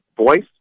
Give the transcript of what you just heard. voice